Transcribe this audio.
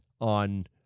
on